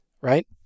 right